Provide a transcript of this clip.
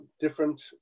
different